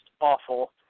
awful